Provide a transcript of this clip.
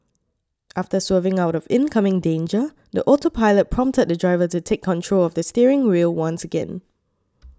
after swerving out of incoming danger the autopilot prompted the driver to take control of the steering wheel once again